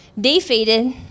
defeated